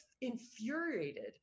infuriated